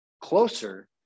closer